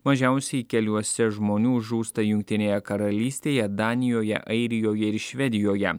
mažiausiai keliuose žmonių žūsta jungtinėje karalystėje danijoje airijoje ir švedijoje